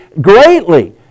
greatly